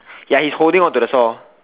ya he's holding onto the saw